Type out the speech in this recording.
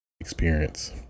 experience